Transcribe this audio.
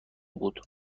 بود